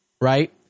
right